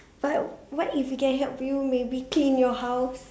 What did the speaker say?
but what if it can help you maybe clean your house